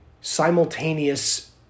simultaneous